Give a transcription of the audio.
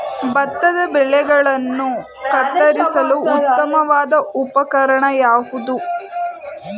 ಭತ್ತದ ಬೆಳೆಗಳನ್ನು ಕತ್ತರಿಸಲು ಉತ್ತಮವಾದ ಉಪಕರಣ ಯಾವುದು?